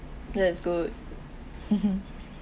that's good